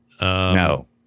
No